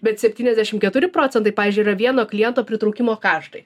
bet septyniasdešim keturi procentai pavyzdžiui yra vieno kliento pritraukimo kaštai